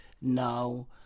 now